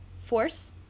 force